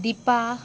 Dipa